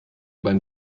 beim